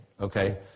okay